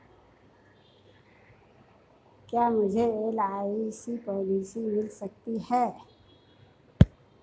क्या मुझे LIC policy मिल सकती है?